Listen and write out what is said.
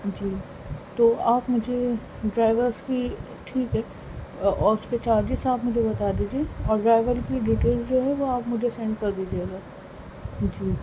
جی تو آپ مجھے ڈرائیورز کی ٹھیک ہے اور اُس کے چارجز ساتھ مجھے بتا دیجیے اور ڈرائیور کی ڈیٹیلس جو ہے وہ آپ مجھے سینڈ کر دیجیے گا جی